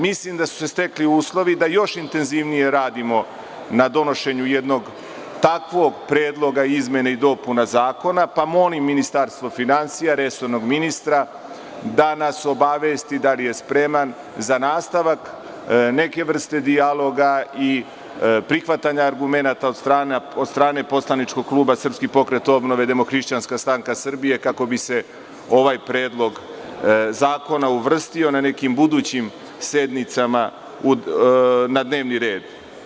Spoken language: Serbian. Mislim da su se stekli uslovi da još intenzivnije radimo na donošenju jednog takvog predloga izmena i dopuna zakona, pa molim Ministarstvo finansija, resornog ministra da nas obavesti da li je spreman za nastavak neke vrste dijaloga i prihvatanja argumenata od strane poslaničkog klupa SPO, DHSS kako bi se ovaj predlog zakona uvrstio na nekim budućim sednicama na dnevni red.